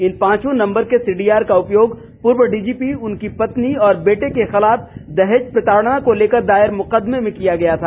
इन पांचों नंबर के सीडीआर का उपयोग पूर्व डीजीपी उनकी पत्नी और बेटे के खिलाफ दहेज प्रताड़ना को लेकर दायर मुकदमे में किया गया था